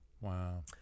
Wow